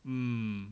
mm